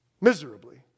miserably